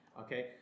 Okay